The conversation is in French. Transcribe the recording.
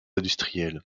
industriel